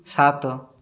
ସାତ